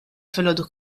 filgħodu